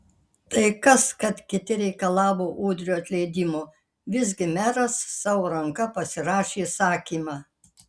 tai kas kad kiti reikalavo udrio atleidimo visgi meras savo ranka pasirašė įsakymą